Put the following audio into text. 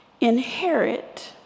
inherit